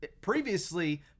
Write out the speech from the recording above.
previously